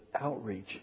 outreach